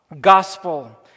gospel